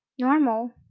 normal